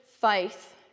faith